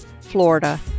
Florida